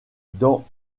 dans